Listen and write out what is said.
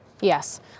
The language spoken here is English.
Yes